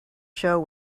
show